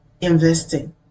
investing